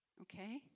Okay